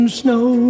snow